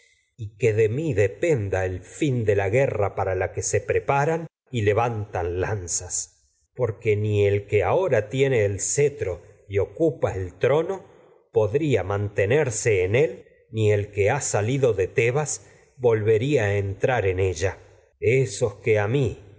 dos que dependa el fin de levantan la guerra la que se preparan y ahora tiene el cetro lanzas porque ni el que y ocupa el trono podría mantenerse en él ni el que ha tebas volvería a salido de entrar en ella esos que a mí